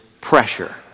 pressure